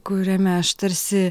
kuriame aš tarsi